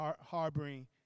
harboring